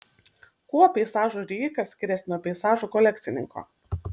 kuo peizažų rijikas skiriasi nuo peizažų kolekcininko